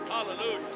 Hallelujah